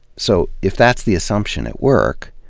so if that's the assumption at work,